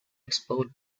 explode